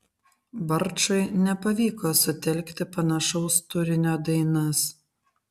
barčui nepavyko sutelkti panašaus turinio dainas